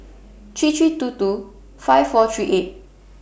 three three two two five four three eight